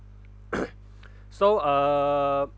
so uh